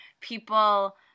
people